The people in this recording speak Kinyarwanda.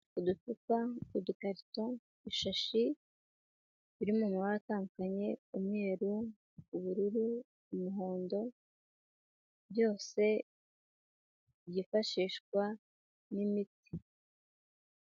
Uducupa; udukarito; ishashi biri mu mabara atandukanye umweru; ubururu; umuhondo byose byifashishwa n'imiti.